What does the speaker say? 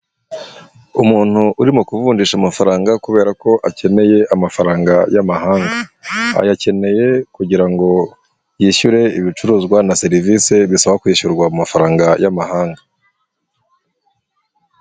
Umuntu urimo kuvunjisha amafaranga kubera ko akeneye amafaranga y'amahanga, ayakeneye kugira ngo yishyure ibicuruzwa na serivise bisaba kwishyurwa mu mafaranga y'amahanga.